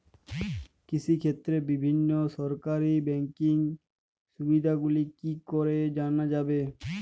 কৃষিক্ষেত্রে বিভিন্ন সরকারি ব্যকিং সুবিধাগুলি কি করে জানা যাবে?